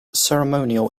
ceremonial